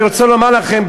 אני רוצה לומר לכם,